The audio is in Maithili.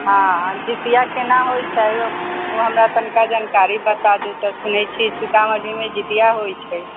हँ जीतिया केना होइत छै ओ हमरा तनिटा जानकारी बता दू तऽ सुनैत छी सीतामढ़ीमे जीतिया होइत छै